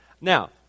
Now